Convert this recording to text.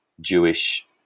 Jewish